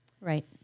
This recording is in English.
right